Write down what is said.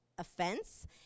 Offense